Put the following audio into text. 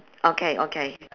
okay okay